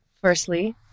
Firstly